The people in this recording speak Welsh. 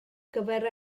gyfer